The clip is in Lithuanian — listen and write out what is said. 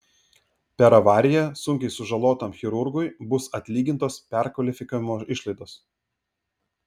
per avariją sunkiai sužalotam chirurgui bus atlygintos perkvalifikavimo išlaidos